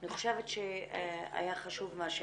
אני חושבת שהיה חשוב מה שאמרת.